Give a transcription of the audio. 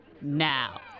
Now